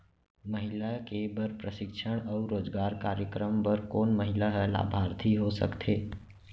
महिला के बर प्रशिक्षण अऊ रोजगार कार्यक्रम बर कोन महिला ह लाभार्थी हो सकथे?